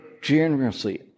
generously